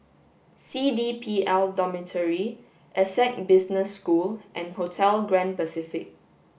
C D P L Dormitory Essec Business School and Hotel Grand Pacific